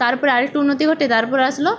তার পরে আরেকটু উন্নতি ঘটে তারপর আসলো